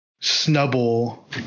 snubble